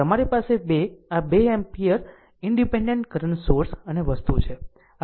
તમારી પાસે 2 આ 2 એમ્પીયર ઈનડીપેનડેન્ટ કરંટ સોર્સ અને આ વસ્તુ છે